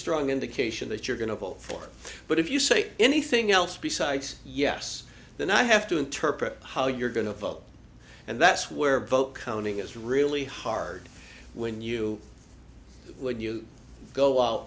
strong indication that you're going to vote for but if you say anything else besides yes then i have to interpret how you're going to vote and that's where vote counting is really hard when you when you go out